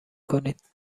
کنید